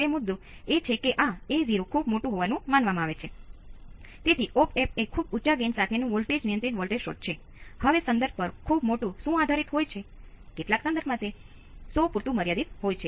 તે વિદ્યુત પ્રવાહ આ રેજિસ્ટન્સ હોય છે જે V1 V2 × R2 ભાંગ્યા R1 છે